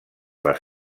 les